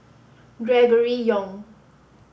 Gregory Yong